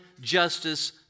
justice